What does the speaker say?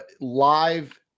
live